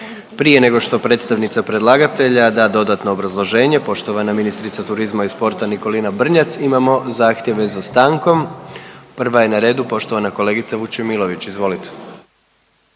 Prije nego što predstavnica predlagatelj da dodatno obrazloženje, poštovana ministrica turizma i sporta Nikolina Brnjac imamo zahtjeve za stankom. Prva je na redu poštovana kolegica Vučemilović. Izvolite.